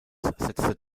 setzte